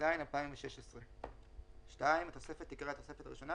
התשע"ז 2016‏."; (2)התוספת תיקרא "התוספת הראשונה"